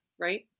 right